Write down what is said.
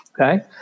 okay